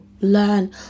learn